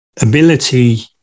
ability